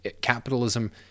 capitalism